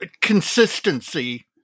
consistency